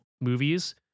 movies